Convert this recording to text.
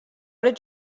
did